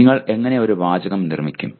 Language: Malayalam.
നിങ്ങൾ എങ്ങനെ ഒരു വാചകം നിർമ്മിക്കും